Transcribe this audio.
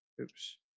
Oops